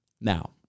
Now